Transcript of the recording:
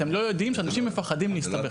אתם לא יודעים שאנשים מפחדים להסתבך.